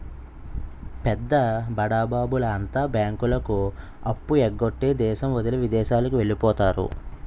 పెద్ద బడాబాబుల అంతా బ్యాంకులకు అప్పు ఎగ్గొట్టి దేశం వదిలి విదేశాలకు వెళ్లిపోతారు